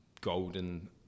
golden